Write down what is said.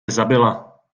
zabila